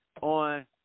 on